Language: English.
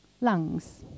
lungs